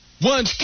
one